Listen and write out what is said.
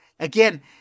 Again